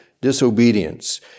disobedience